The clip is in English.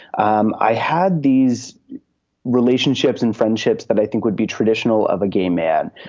um i had these relationships and friendships that i think would be traditional of a gay man,